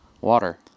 water